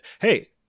hey